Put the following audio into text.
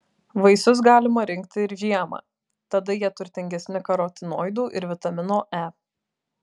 vaisius galima rinkti ir žiemą tada jie turtingesni karotinoidų ir vitamino e